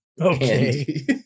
okay